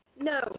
No